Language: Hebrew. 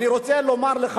אני רוצה לך,